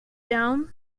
down